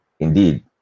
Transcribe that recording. indeed